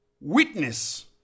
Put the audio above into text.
witness